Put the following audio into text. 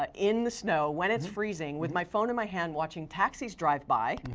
ah in the snow when it's freezing, with my phone in my hand, watching taxis drive by,